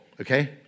okay